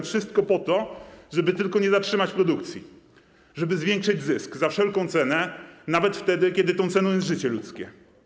Wszystko po to, żeby tylko nie zatrzymać produkcji, żeby zwiększyć zysk za wszelką cenę, nawet wtedy, kiedy tą ceną jest życie ludzkie.